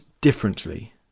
differently